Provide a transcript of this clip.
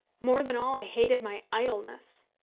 more than all i hated my idleness.